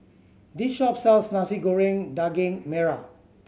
this shop sells Nasi Goreng Daging Merah